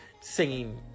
singing